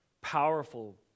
powerful